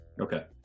Okay